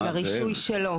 לרישוי שלו,